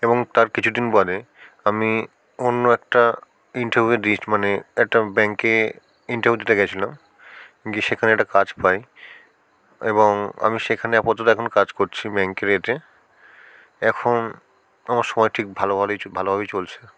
এবং তার কিছু দিন বাদে আমি অন্য একটা ইন্টারভিউয়ে দিই মানে একটা ব্যাংকে ইন্টারভিউ দিতে গিয়েছিলাম গিয়ে সেখানে একটা কাজ পাই এবং আমি সেখানে আপাতত এখন কাজ করছি ব্যাংকের এতে এখন আমার সময় ঠিক ভালোভালোই ভালোভাবেই চলছে